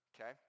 okay